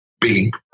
big